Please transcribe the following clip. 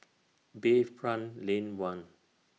Bayfront Lane one